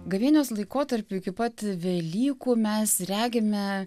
gavėnios laikotarpiu iki pat velykų mes regime